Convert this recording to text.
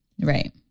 Right